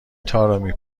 طارمی